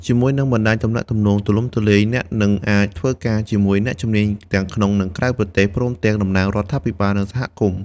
ជាមួយនឹងបណ្ដាញទំនាក់ទំនងទូលំទូលាយ អ្នកនឹងអាចធ្វើការជាមួយអ្នកជំនាញទាំងក្នុង និងក្រៅប្រទេស ព្រមទាំងតំណាងរដ្ឋាភិបាល និងសហគមន៍។